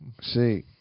see